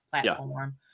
platform